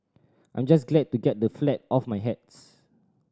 I'm just glad to get the flat off my hands